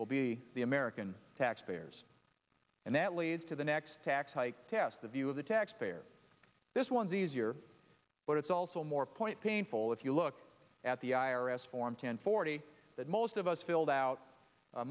will be the american taxpayers and that leads to the next tax hike tess the view of the taxpayer this one's easier but it's also more point painful if you look at the i r s form ten forty that most of us filled out a